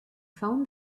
found